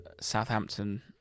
Southampton